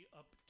up